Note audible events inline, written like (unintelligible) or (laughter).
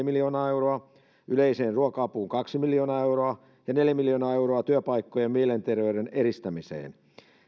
(unintelligible) miljoonaa euroa yleiseen ruoka apuun kaksi miljoonaa euroa ja neljä miljoonaa euroa työpaikkojen mielenterveyden edistämiseen